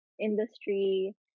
industry